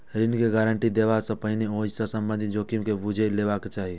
ऋण के गारंटी देबा सं पहिने ओइ सं संबंधित जोखिम के बूझि लेबाक चाही